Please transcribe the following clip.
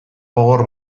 gogor